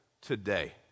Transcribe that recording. today